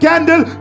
Candle